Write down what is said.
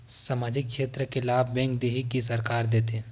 सामाजिक क्षेत्र के लाभ बैंक देही कि सरकार देथे?